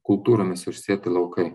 kultūromis užsėti laukai